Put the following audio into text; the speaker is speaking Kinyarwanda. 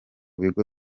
bigo